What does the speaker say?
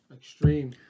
extreme